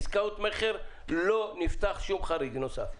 עסקאות מכר לא נפתח שום חריג נוסף.